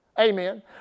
Amen